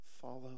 Follow